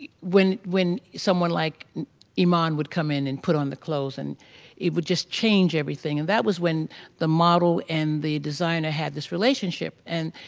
when when someone like iman would come in and put on the clothes, and it would just change everything and that was when the model and the designer had this relationship. and,